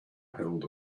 held